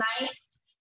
nice